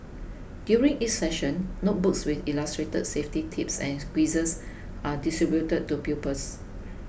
during each session notebooks with illustrated safety tips and quizzes are distributed to pupils